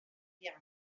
piano